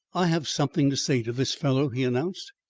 i have something to say to this fellow, he announced,